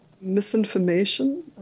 misinformation